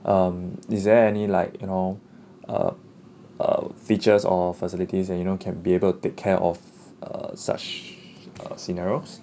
um is there any like you know uh uh features or facilities and you know can be able take care of a such uh scenarios